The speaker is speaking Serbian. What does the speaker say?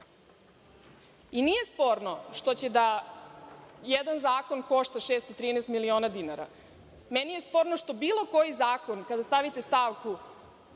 kuće? Nije sporno što će jedan zakon da košta 613 miliona dinara. Meni je sporno što bilo koji zakon, kada stavite stavku